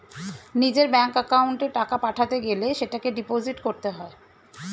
নিজের ব্যাঙ্ক অ্যাকাউন্টে টাকা পাঠাতে গেলে সেটাকে ডিপোজিট করতে হয়